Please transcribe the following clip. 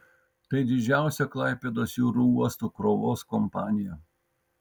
tai didžiausia klaipėdos jūrų uosto krovos kompanija